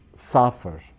suffer